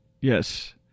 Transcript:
Yes